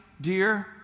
dear